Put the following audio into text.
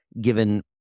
given